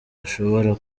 bashobora